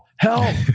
Help